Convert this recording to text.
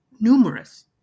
numerous